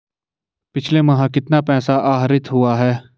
पिछले माह कितना पैसा आहरित हुआ है?